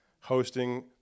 hosting